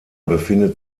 befindet